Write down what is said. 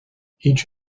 each